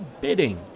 bidding